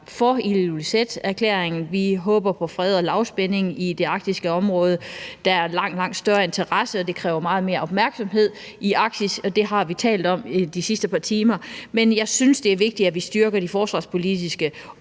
for Ilulissaterklæringen; vi håber på fred og lavspænding i det arktiske område. Der er langt større interesse for Arktis, og det kræver langt mere opmærksomhed, og det har vi talt om de sidste par timer. Men jeg synes, det er vigtigt, at vi styrker det forsvarspolitiske og den